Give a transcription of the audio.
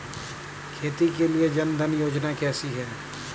खेती के लिए जन धन योजना कैसी है?